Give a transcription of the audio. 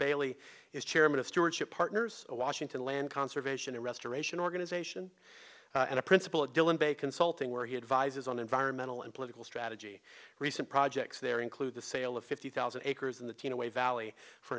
bailey is chairman of stewardship partners a washington land conservation and restoration organization and a principal at dillon bay consulting where he advises on environmental and political strategy recent projects there include the sale of fifty thousand acres in the teen away valley for